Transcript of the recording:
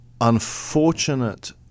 unfortunate